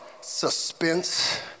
suspense